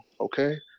Okay